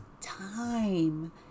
time